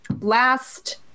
last